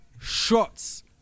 shots